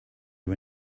you